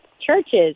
churches